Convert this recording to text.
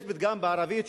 יש פתגם בערבית שאומר,